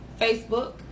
Facebook